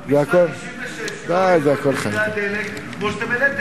משנת 1996 לא העלו את מחירי הדלק כמו שאתם העליתם.